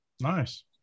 Nice